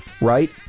right